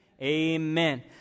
Amen